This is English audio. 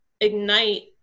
ignite